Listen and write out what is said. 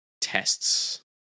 tests